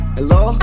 Hello